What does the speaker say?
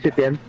them